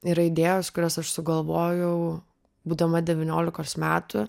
yra idėjos kurias aš sugalvojau būdama devyniolikos metų